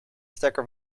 stekker